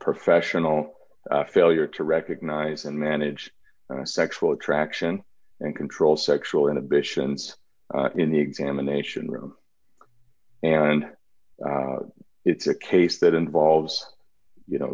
professional failure to recognize and manage sexual attraction and control sexual inhibitions in the examination room and it's a case that involves you know